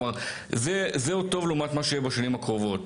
כלומר זה עוד טוב לעומת מה שיהיה בשנים הקרובות,